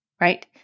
right